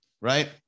right